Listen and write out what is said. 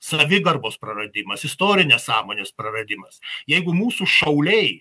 savigarbos praradimas istorinės sąmonės praradimas jeigu mūsų šauliai